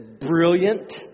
brilliant